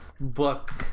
Book